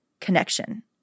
connection